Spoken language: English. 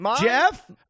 Jeff